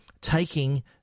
taking